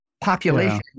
population